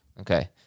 Okay